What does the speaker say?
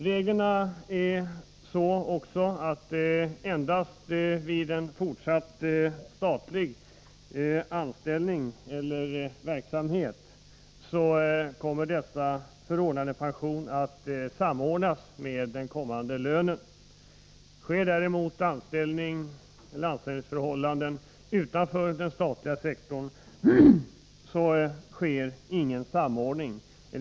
Reglerna är också sådana att endast vid en fortsatt statlig anställning eller verksamhet kommer denna förordnandepension att samordnas med den kommande lönen. Vid anställningsförhållanden utanför den statliga sektorn sker däremot ingen samordning.